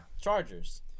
Chargers